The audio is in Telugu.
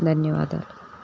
ధన్యవాదాలు